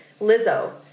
Lizzo